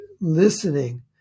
listening